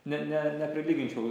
ne ne neprilyginčiau